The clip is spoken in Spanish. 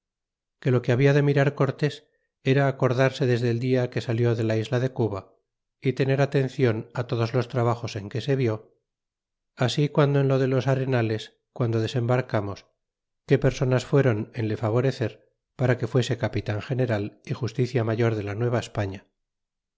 que lo que habia de mirar cortés era acordarse desde el dia que salió de la isla de cuba y tener atenclon á todos los trabajos en que se vi así guando en lo de los arenales guando desembarcamos que personas fuéron en le favorecer para que fuese capitan general y justicia ma yor de la